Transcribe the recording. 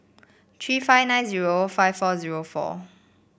three five nine zero five four zero four